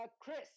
Chris